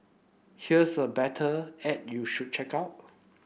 here's a better ad you should check out